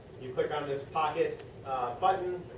you click on this pocket button.